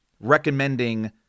recommending